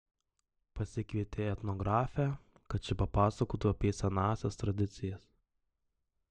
pasikvietė etnografę kad ši papasakotų apie senąsias tradicijas